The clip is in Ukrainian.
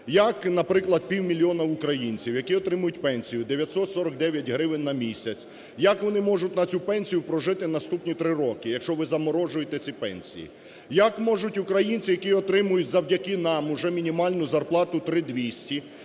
Як, наприклад, півмільйона українців, які отримують пенсію 949 гривень на місяць, як вони можуть на цю пенсію прожити наступні 3 роки, якщо ви заморожуєте ці пенсії? Як можуть українці, які отримують завдяки нам уже мінімальну зарплату 3 200, але,